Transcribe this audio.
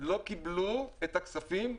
לא קיבלו את הכספים.